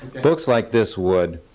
books like this would,